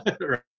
right